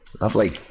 Lovely